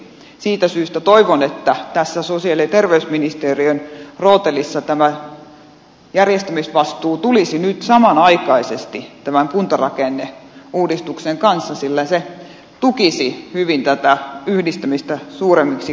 siitä syystä toivon että tässä sosiaali ja terveysministeriön rootelissa tämä järjestämisvastuu tulisi nyt samanaikaisesti tämän kuntarakenneuudistuksen kanssa sillä se tukisi hyvin tätä yhdistämistä suuremmiksi kokonaisuuksiksi